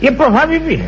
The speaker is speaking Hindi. ये प्रभावी भी हैं